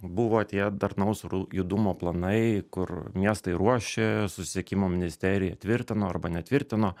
buvo tie darnaus judumo planai kur miestai ruošė susisiekimo ministerija tvirtino arba netvirtino